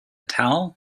towel